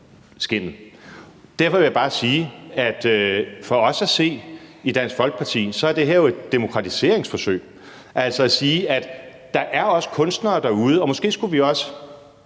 Derfor vil jeg bare sige, at for os at se i Dansk Folkeparti er det her jo et demokratiseringsforsøg, altså at sige, at der også er kunstnere derude, hvilket vi måske